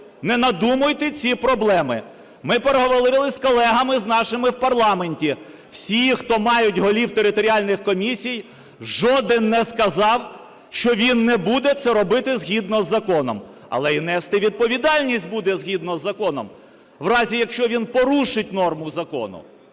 Не надумуйте ці проблеми. Ми переговорили з колегами нашими в парламенті. Всі, хто мають голів територіальних комісій, жоден не сказав, що він не буде це робити згідно із законом. Але і нести відповідальність буде згідно із законом у разі, якщо він порушить норму закону.